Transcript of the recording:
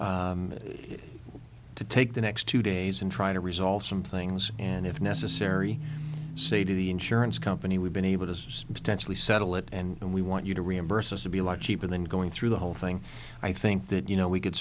is to take the next two days and try to resolve some things and if necessary say to the insurance company we've been able to potentially settle it and we want you to reimburse us to be a lot cheaper than going through the whole thing i think that you know we could